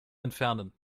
entfernen